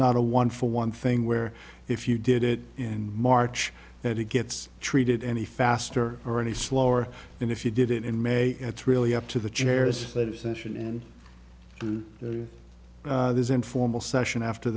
not a one for one thing where if you did it in march that it gets treated any faster or any slower than if you did it in may it's really up to the chairs that is issued in this informal session after